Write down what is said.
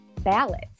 ballots